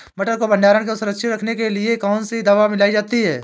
मटर को भंडारण में सुरक्षित रखने के लिए कौन सी दवा मिलाई जाती है?